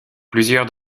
plusieurs